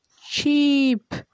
cheap